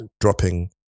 dropping